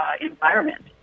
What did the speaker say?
environment